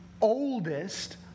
oldest